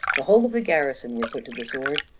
the whole of the garrison were put to the sword,